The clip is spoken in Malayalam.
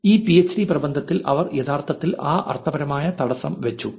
ഈ പിഎച്ച്ഡി പ്രബന്ധത്തിൽ അവർ യഥാർത്ഥത്തിൽ ആ അർത്ഥപരമായ തടസ്സം വെച്ചു